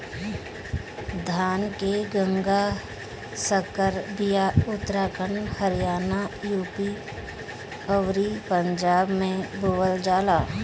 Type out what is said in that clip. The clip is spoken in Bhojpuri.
धान के गंगा संकर बिया उत्तराखंड हरियाणा, यू.पी अउरी पंजाब में बोअल जाला